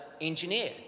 engineer